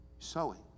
Sowing